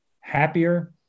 happier